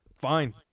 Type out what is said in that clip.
fine